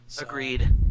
Agreed